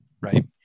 Right